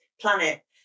planet